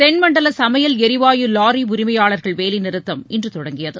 தென்மண்டல சமையல் எரிவாயு வாரி உரிமையாளர்கள் வேலைநிறுத்தம் இன்று தொடங்கியது